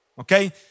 okay